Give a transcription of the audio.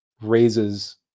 raises